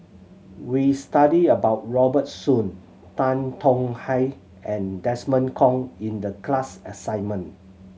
we studied about Robert Soon Tan Tong Hye and Desmond Kon in the class assignment